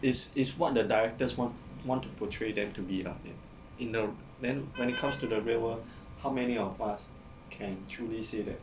it's it's what the directors want want to portray them to be lah in in the then when it comes to the real world how many of us can truly say that